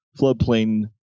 floodplain